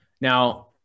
Now